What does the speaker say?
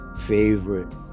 favorite